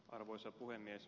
arvoisa puhemies